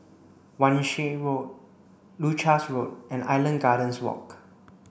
Wan Shih Road Leuchars Road and Island Gardens Walk